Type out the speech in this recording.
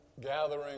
gathering